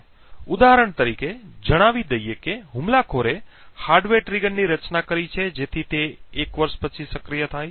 ઉદાહરણ તરીકે જણાવી દઈએ કે હુમલાખોરે હાર્ડવેર ટ્રિગરની રચના કરી છે જેથી તે એક વર્ષ પછી સક્રિય થાય